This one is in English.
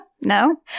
No